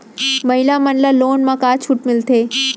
महिला मन ला लोन मा का छूट मिलथे?